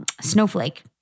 snowflake